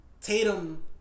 Tatum